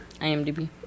IMDb